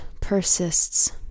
persists